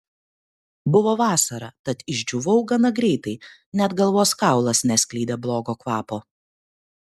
buvo vasara tad išdžiūvau gana greitai net galvos kaulas neskleidė blogo kvapo